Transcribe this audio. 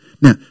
now